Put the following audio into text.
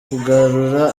kugarura